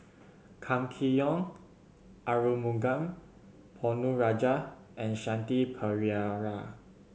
Kam Kee Yong Arumugam Ponnu Rajah and Shanti Pereira